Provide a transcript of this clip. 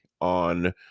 on